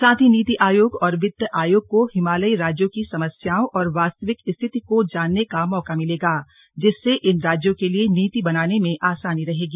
साथ ही नीति आयोग और वित्त आयोग को हिमालयी राज्यों की समस्याओं और वास्तविक स्थिति को जानने का मौका मिलेगा जिससे इन राज्यों के लिए नीति बनाने में आसानी रहेगी